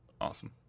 Awesome